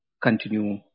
continue